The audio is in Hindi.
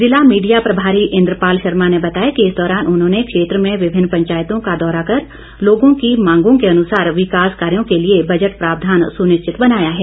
जिला मीडिया प्रभारी इंद्रपाल शर्मा ने बताया कि इस दौरान उन्होंने क्षेत्र में विभिन्न पंचायतों का दौरा कर लोगों की मांगों के अनुसार विकास कार्यों के लिए बजट प्रावधान सुनिश्चित बनाया है